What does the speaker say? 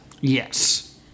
Yes